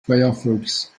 firefox